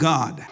God